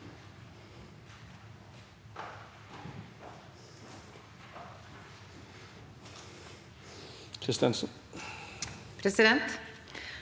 Presidenten